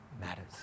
matters